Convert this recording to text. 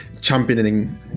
championing